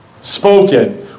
spoken